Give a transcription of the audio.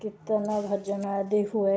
କୀର୍ତ୍ତନ ଭଜନ ଆଦି ହୁଏ